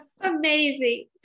amazing